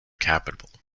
capital